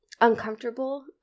uncomfortable